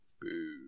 Boo